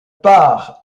par